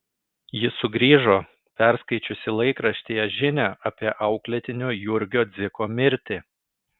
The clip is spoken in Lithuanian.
ji sugrįžo perskaičiusi laikraštyje žinią apie auklėtinio jurgio dziko mirtį